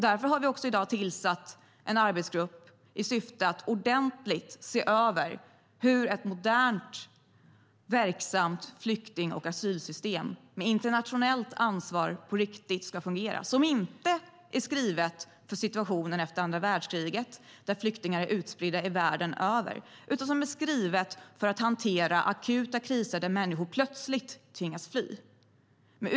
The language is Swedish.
Därför har vi i dag tillsatt en arbetsgrupp i syfte att ordentligt se över hur ett modernt verksamt flykting och asylsystem med internationellt ansvar på riktigt ska fungera. Det ska inte vara skrivet för situationen efter andra världskriget, där flyktingar var utspridda världen över, utan för att hantera akuta kriser där människor plötsligt tvingas fly.